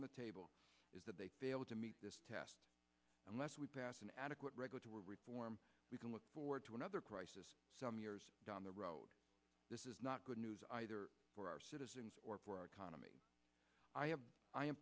on the table is that they fail to meet this test unless we pass an adequate regulatory reform we can look forward to another crisis some years down the road this is not good news either for our citizens or for our economy i am i am